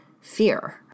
fear